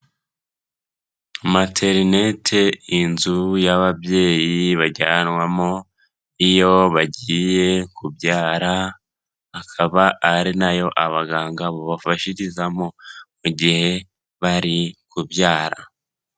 Materinete inzu y'ababyeyi bajyanwamo iyo bagiye kubyara, akaba ari nayo abaganga bababafashirizamo mu gihe bari kubyara.